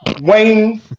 Wayne